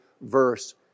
verse